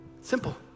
Simple